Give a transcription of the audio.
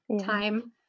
time